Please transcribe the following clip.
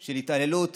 של התעללות